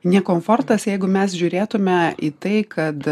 ne komfortas jeigu mes žiūrėtume į tai kad